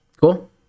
Cool